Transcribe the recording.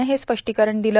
नं हे स्पष्टीकरण दिलं